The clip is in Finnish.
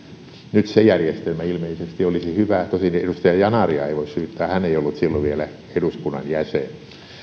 nyt se järjestelmä ilmeisesti olisi hyvä tosin edustaja yanaria ei voi syyttää hän ei ollut silloin vielä eduskunnan jäsen